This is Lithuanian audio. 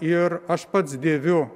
ir aš pats dėviu